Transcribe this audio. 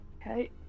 Okay